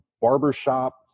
barbershop